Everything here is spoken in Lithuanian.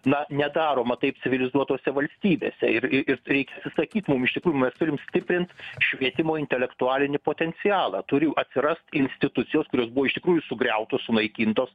na nedaroma taip civilizuotose valstybėse ir ir ir reikia atsisakyt mum iš tikrųjų mes turim stiprint švietimo intelektualinį potencialą turi atsirast institucijos kurios buvo iš tikrųjų sugriautos sunaikintos